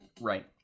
right